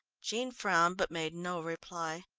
jean frowned but made no reply.